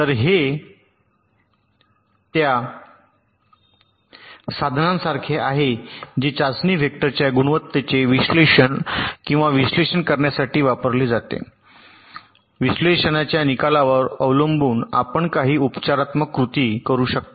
तर हे त्या साधनासारखे आहे जे चाचणी व्हेक्टरच्या गुणवत्तेचे विश्लेषण किंवा विश्लेषण करण्यासाठी वापरले जाते आणि विश्लेषणाच्या निकालावर अवलंबून आपण काही उपचारात्मक कृती करू शकता